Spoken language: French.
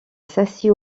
s’assit